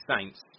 Saints